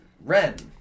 Red